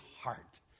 heart